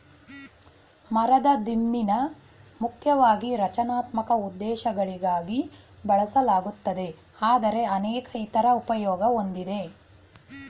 ಮರದ ದಿಮ್ಮಿನ ಮುಖ್ಯವಾಗಿ ರಚನಾತ್ಮಕ ಉದ್ದೇಶಗಳಿಗಾಗಿ ಬಳಸಲಾಗುತ್ತದೆ ಆದರೆ ಅನೇಕ ಇತರ ಉಪಯೋಗ ಹೊಂದಿದೆ